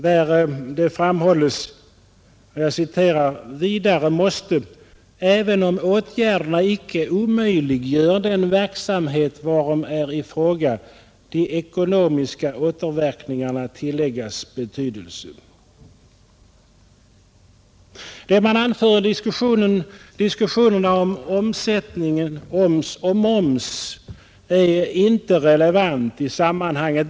Där framhålls det:” Vidare måste, även om åtgärden icke omöjliggör den verksamhet varom är fråga, de ekonomiska återverkningarna tilläggas betydelse.” Vad man anför ur diskussionen kring oms och moms är inte relevant.